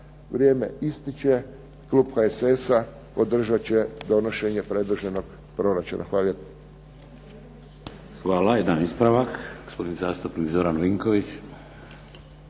vrijeme ističe, klub HSS-a podržat će donošenje predloženog proračuna. Hvala lijepo.